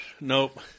nope